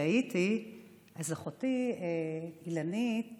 אחותי אילנית